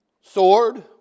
sword